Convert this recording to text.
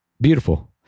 Beautiful